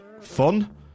fun